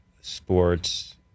sports